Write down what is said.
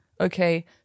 okay